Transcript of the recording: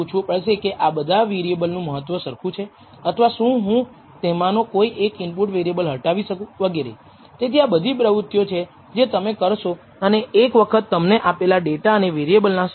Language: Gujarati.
હવે આ ચોક્કસ અંકોની મુદતને ટૂંકમાં સમ સ્ક્વેર્ડ એરર અથવા SSE પણ કહેવામાં આવે છે તેથી σ2 કંઈ નથી પરંતુ SSE ને n 2 દ્વારા વિભાજિત કરવામાં આવે છે